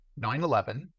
9-11